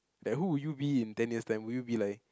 that who would you be in ten years time would you be like